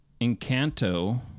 Encanto